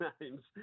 names